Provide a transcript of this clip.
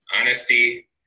honesty